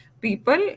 people